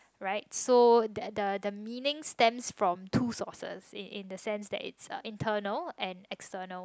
right so the the the meaning stems from two sources in in the sense that it's internal and external